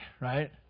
right